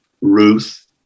ruth